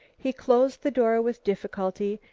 he closed the door with difficulty,